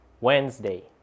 Wednesday